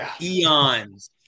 eons